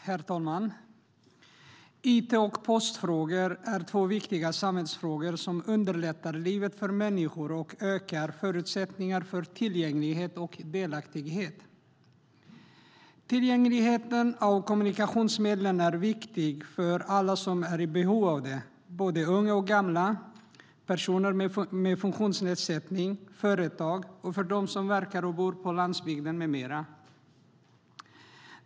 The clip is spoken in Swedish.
Herr talman! It och postfrågor är två viktiga samhällsfrågor som underlättar livet för människor och ökar förutsättningar för tillgänglighet och delaktighet. Tillgängligheten till kommunikationsmedlen är viktig för alla som är i behov av dem - unga och gamla, personer med funktionsnedsättning, företag och de som verkar och bor på landsbygden med flera.